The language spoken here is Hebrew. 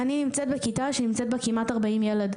אני נמצאת בכיתה שיש בה כמעט 40 ילדים.